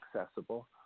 accessible